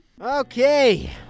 Okay